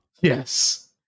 yes